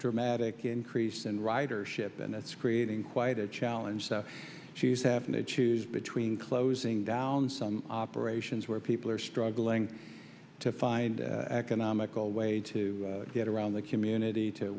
dramatic increase in ridership and it's creating quite a challenge that she's having to choose between closing down some operations where people are struggling to find economical way to get around the community to